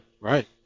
Right